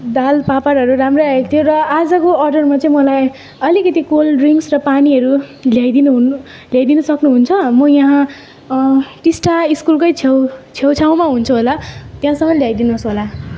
दाल पापडहरू राम्रो आएको थियो र आजको अर्डरमा चाहिँ मलाई अलिकति कोल्ड ड्रिङ्क्स र पानीहरू ल्याइदिनु हुनु ल्याइदिनु सक्नु हुन्छ म यहाँ टिस्टा स्कुलको छेउ छेउ छाउमा हुन्छु होला त्यहाँसम्म ल्याइदिनु होस् होला